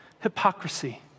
Hypocrisy